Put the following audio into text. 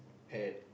at